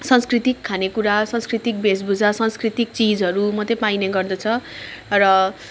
सांस्कृतिक खाने कुरा सांस्कृतिक भेषभूषा सांस्कृतिक चिजहरू मात्र पाइने गर्दछ र